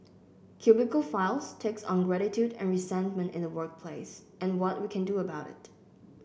cubicle Files takes on gratitude and resentment in the workplace and what we can do about it